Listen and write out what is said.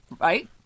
Right